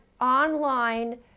online